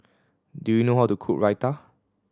do you know how to cook Raita